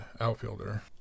outfielder